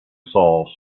sauce